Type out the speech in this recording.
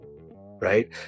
right